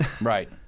right